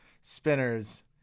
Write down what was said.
spinners